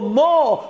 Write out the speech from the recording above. more